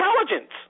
intelligence